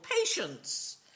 Patience